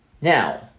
Now